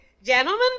Gentlemen